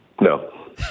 No